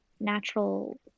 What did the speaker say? natural